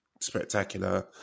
spectacular